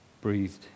breathed